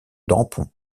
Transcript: dampont